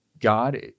god